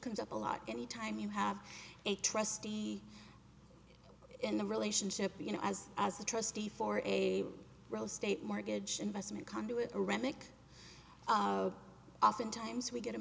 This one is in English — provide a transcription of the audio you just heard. comes up a lot any time you have a trustee in the relationship you know as as the trustee for a real estate mortgage investment conduit a remick often times we get a